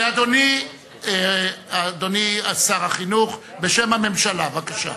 אדוני שר החינוך, בשם הממשלה, בבקשה.